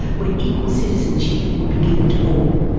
where equal citizenship would be given to all.